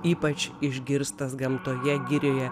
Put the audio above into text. ypač išgirstas gamtoje girioje